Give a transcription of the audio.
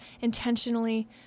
intentionally